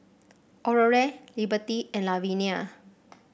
Aurore Liberty and Lavinia